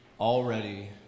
Already